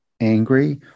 angry